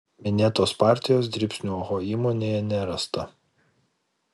minėtos partijos dribsnių oho įmonėje nerasta